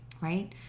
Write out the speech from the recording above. right